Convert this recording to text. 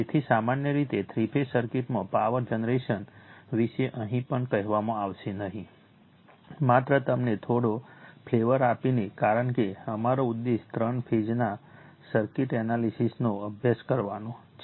તેથી સામાન્ય રીતે થ્રી ફેઝ સર્કિટમાં પાવર જનરેશન વિશે અહીં કંઈપણ કહેવામાં આવશે નહીં માત્ર તમને થોડો ફ્લેવર આપીને કારણ કે અમારો ઉદ્દેશ ત્રણ ફેઝના સર્કિટ એનાલિસીસનો અભ્યાસ કરવાનો છે